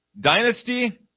dynasty